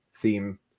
theme